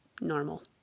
Normal